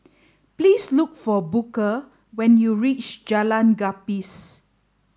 please look for Booker when you reach Jalan Gapis